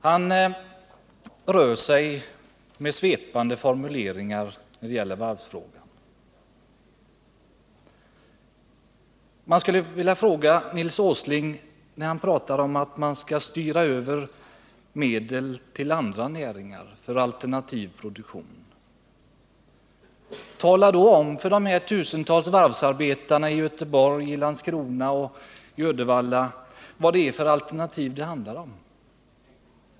Han använder svepande formuleringar när det gäller varvsfrågan. Då Nils Åsling talar om att man skall styra över medel till andra näringar för alternativ produktion skulle jag vilja säga till honom: Tala om för de tusentals varvsarbetarna i Göteborg, Landskrona och Uddevalla vad det är för alternativ det handlar om!